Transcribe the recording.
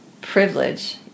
privilege